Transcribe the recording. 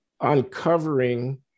uncovering